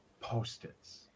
post-its